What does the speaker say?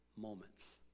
Moments